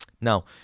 Now